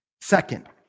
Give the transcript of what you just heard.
Second